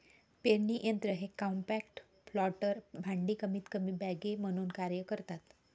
पेरणी यंत्र हे कॉम्पॅक्ट प्लांटर भांडी कमीतकमी बागे म्हणून कार्य करतात